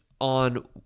on